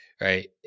right